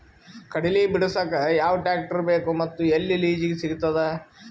ಕಡಲಿ ಬಿಡಸಕ್ ಯಾವ ಟ್ರ್ಯಾಕ್ಟರ್ ಬೇಕು ಮತ್ತು ಎಲ್ಲಿ ಲಿಜೀಗ ಸಿಗತದ?